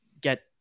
get